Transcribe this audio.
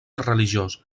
religiós